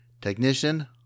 Technician